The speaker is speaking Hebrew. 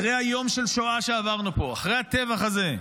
אחרי היום של שואה שעברנו פה, אחרי הטבח הזה,